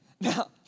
Now